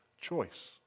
choice